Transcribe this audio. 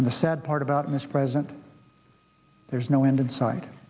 and the sad part about this president there's no end in sight